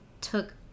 took